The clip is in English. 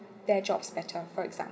their jobs better for exam